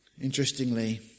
Interestingly